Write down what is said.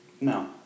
No